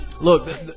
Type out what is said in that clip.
look